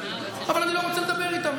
אבל אני לא רוצה לדבר איתם,